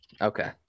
Okay